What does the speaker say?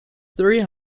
three